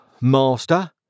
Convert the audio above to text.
master